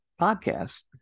Podcast